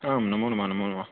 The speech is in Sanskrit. आं नमो नमः नमो नमः